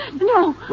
No